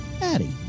Addie